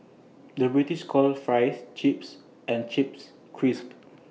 the British calls Fries Chips and Chips Crisps